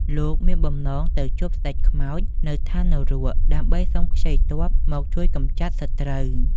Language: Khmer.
លោកមានបំណងទៅជួបស្ដេចខ្មោចនៅឋាននរក ដើម្បីសុំខ្ចីទ័ពមកជួយកម្ចាត់សត្រូវ។